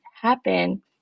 happen